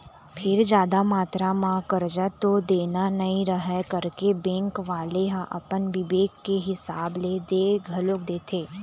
फेर जादा मातरा म करजा तो देना नइ रहय करके बेंक वाले ह अपन बिबेक के हिसाब ले दे घलोक देथे